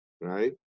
right